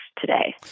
today